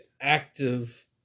active